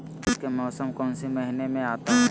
बारिस के मौसम कौन सी महीने में आता है?